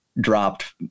dropped